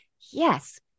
yes